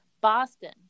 boston